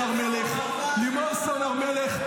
לימור סון הר מלך.